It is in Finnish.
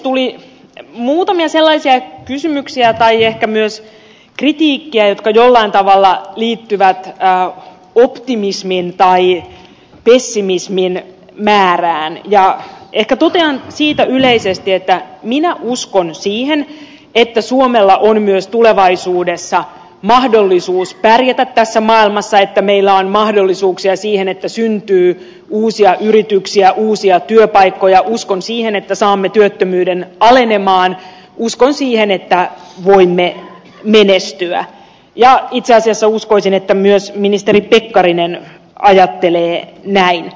tuli muutamia sellaisia kysymyksiä tai ehkä myös kritiikkiä jotka jollain tavallaan liittyvät ja optimismiin tai i l pessimismiin määrään ja ehkä totean siitä yleisesti että minä uskon siihen että suomella on myös tulevaisuudessa mahdollisuus pärjätä tässä maailmassa että niillä on mahdollisuuksia siihen että syntyy uusia yrityksiä uusia työpaikkoja uskon siihen että saamme työttömyyden alenemaan uskoi siihen että olimme neljäs tila ja itse asiassa uskoisin että myös ministeri pekkarinen ajattelee näin